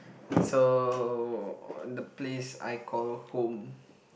so the place I call home